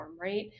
right